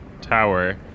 Tower